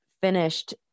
finished